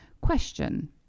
question